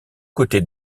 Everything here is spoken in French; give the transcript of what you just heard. côtés